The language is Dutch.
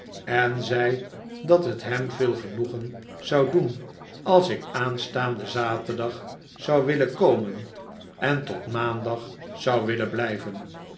en zei dat het hem veel genoegen zou doen als ik aanstaanden zaterdag zou willen komen en tot maaiidag zou willen blijvem